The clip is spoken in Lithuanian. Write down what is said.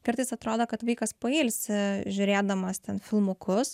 kartais atrodo kad vaikas pailsi žiūrėdamas ten filmukus